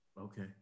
Okay